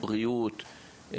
בריאות,